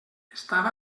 estava